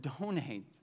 donate